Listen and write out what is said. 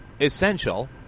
essential